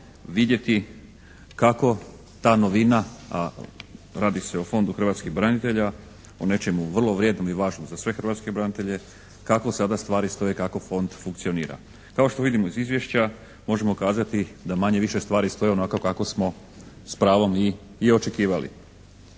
vidjeti kako ta novina a radi se o Fondu hrvatskih branitelja, o nečemu vrlo vrijednom i važnom za sve hrvatske branitelje, kako sada stvari sada stoje, kako fond funkcionira. Kao što vidimo iz izvješća, možemo kazati da manje-više stvari stoje onako kako smo s pravom i očekivali.